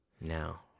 now